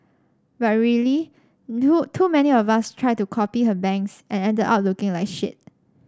but really too too many of us tried to copy her bangs and ended up looking like shit